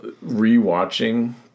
re-watching